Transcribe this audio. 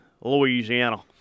Louisiana